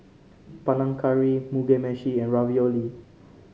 Panang Curry Mugi Meshi and Ravioli